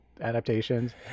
adaptations